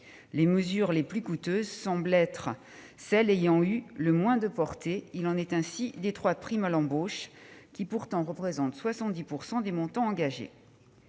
Les mesures les plus coûteuses semblent être celles qui ont eu le moins de portée. Il en est ainsi des trois primes à l'embauche, lesquelles, pourtant, représentent 70 % des montants engagés.